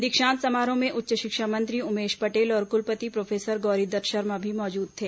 दीक्षांत समारोह में उच्च शिक्षा मंत्री उमेश पटेल और कुलपति प्रोफेसर गौरीदत्त शर्मा भी मौजूद थे